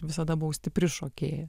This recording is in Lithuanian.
visada buvau stipri šokėja